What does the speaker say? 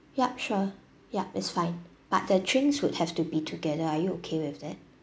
yup sure yup it's fine but the drinks would have to be together are you okay with that